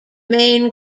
main